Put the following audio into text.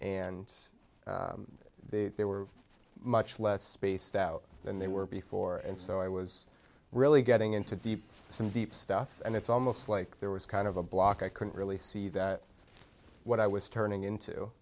and they were much less spaced out than they were before and so i was really getting into deep some deep stuff and it's almost like there was kind of a block i couldn't really see that what i was turning into